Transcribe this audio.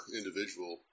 individual